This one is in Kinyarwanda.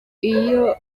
iyo